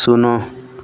ଶୂନ